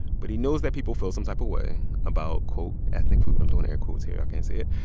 but he knows that people feel some type of way about, quote, ethnic food. i'm doing air quotes here. y'all can't see it.